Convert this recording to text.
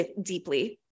deeply